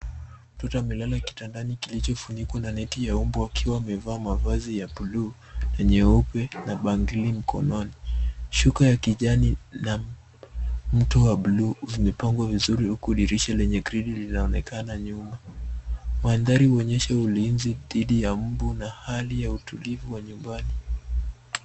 Mtoto amelala kitandani kilicho funikwa na neti ya mbu akiwa amevaa mavazi ya bluu na nyeupe na bangili mkononi. Shuka ya kijani na mto wa bluu vimepangwa vizuri huku dirisha lenye grill linaonekana nyuma. Mandhari huonyesha ulinzi dhidi ya mbu na hali ya utulivu wa nyumbani.